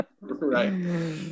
Right